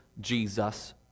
Jesus